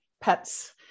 pets